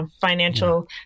financial